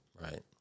Right